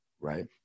right